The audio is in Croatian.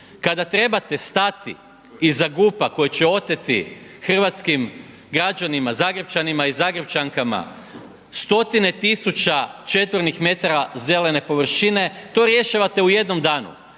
Kada trebate stati iza GUP-a koji će oteti hrvatskim građanima, Zagrepčanima i Zagrepčankama stotine tisuća četvornih metara zelene površine, to rješavate u jednom danu.